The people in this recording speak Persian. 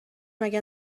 مگه